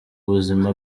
ubuzima